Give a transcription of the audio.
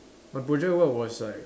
my project work was like